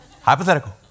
Hypothetical